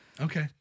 Okay